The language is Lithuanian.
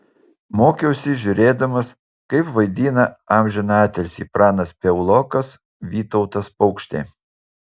mokiausi žiūrėdamas kaip vaidina amžiną atilsį pranas piaulokas vytautas paukštė